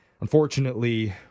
unfortunately